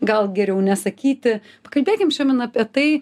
gal geriau nesakyti pakalbėkim šiandien apie tai